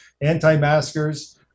anti-maskers